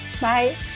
Bye